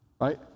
Right